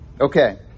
Okay